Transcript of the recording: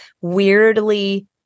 weirdly